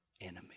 enemy